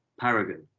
Paragon